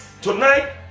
Tonight